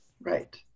Right